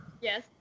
Yes